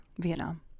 Vietnam